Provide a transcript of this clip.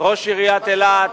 ראש עיריית אילת,